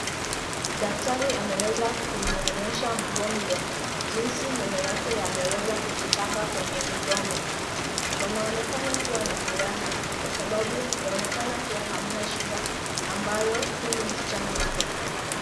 Daktari ameweza kumwonyesha mgonjwa jinsi meno yake yameweza kujipanga kwenye mdomo. Wanaonekana kuwa na furaha kwa sababu yaonekana kuwa hamna shida ambayo huyu msichana yuko nayo.